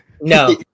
No